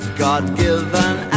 god-given